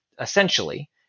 essentially